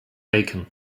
bacon